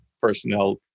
personnel